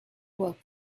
work